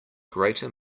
greater